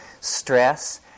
stress